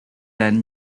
ten